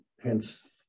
hence